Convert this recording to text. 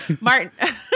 Martin